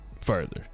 further